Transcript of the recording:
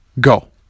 go